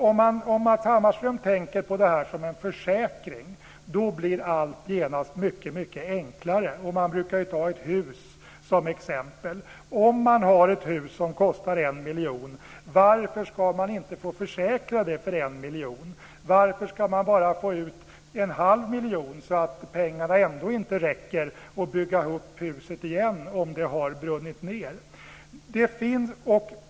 Om Matz Hammarström tänker på det som en försäkring blir allt genast mycket enklare. Man brukar ta ett hus som exempel. Om man har ett hus som kostar 1 miljon, varför ska man inte få försäkra det för 1 miljon? Varför ska man bara få ut en halv miljon så att pengarna ändå inte räcker till att bygga huset igen om det har brunnit ned?